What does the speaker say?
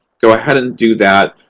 go ahead and do that.